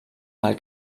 mal